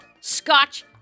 scotch